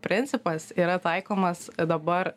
principas yra taikomas dabar